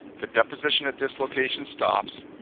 the deposition at this location stops,